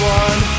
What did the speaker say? one